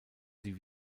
sie